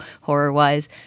horror-wise